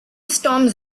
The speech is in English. storms